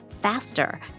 faster